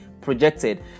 projected